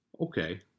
Okay